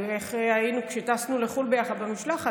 כשטסנו לחו"ל יחד במשלחת,